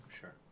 Sure